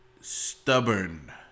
stubborn